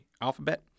alphabet